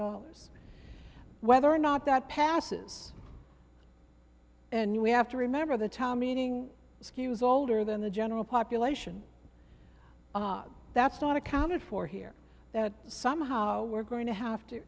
dollars whether or not that passes and we have to remember the town meeting skews older than the general population ah that's not accounted for here that somehow we're going to have to